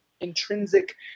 Intrinsic